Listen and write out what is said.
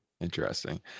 Interesting